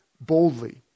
boldly